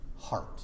heart